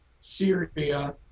syria